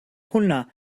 hwnna